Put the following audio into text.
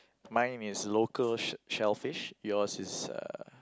mine is local sh~ shellfish yours is uh